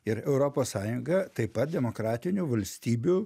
ir europos sąjunga taip pat demokratinių valstybių